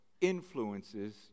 influences